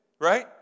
right